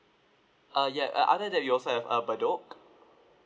uh ya other that your side uh at bedok